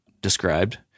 described